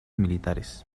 militares